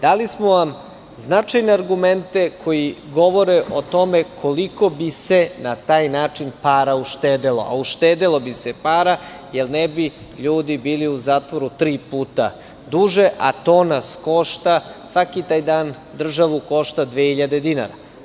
Dali smo vam vrlo značajne argumente koji govore o tome koliko bi se na taj način para uštedelo, a uštedelo bi se para, jer ne bi ljudi bili u zatvoru tri puta duže, a svaki dan državu košta 2.000 dinara.